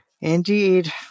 Indeed